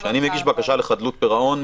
כשאני מגיש בקשה לחדלות פירעון,